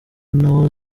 naho